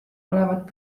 olevat